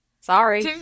Sorry